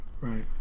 right